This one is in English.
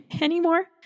anymore